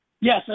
Yes